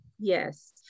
Yes